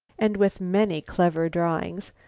and with many clever drawings,